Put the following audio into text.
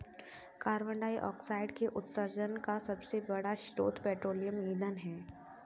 carbon dioxide के उत्सर्जन का सबसे बड़ा स्रोत पेट्रोलियम ईंधन है